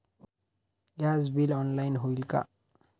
Gas bill online होईल का?